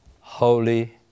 Holy